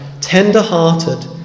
tender-hearted